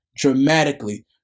dramatically